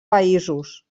països